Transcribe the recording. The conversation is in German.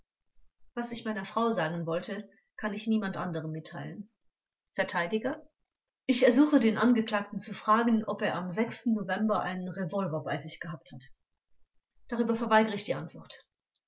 was ich meiner frau sagen wollte kann ich niemand anderem mitteilen vert ich ersuche den angeklagten zu fragen ob er am november einen revolver bei sich gehabt hat angekl darüber verweigere ich die antwort